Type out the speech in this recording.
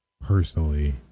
Personally